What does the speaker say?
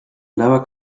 lower